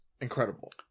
incredible